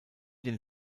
den